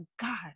God